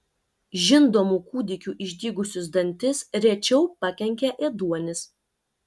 žindomų kūdikių išdygusius dantis rečiau pakenkia ėduonis